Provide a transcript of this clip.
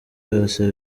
yose